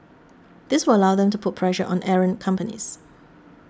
this will allow them to put pressure on errant companies